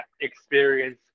experience